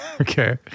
Okay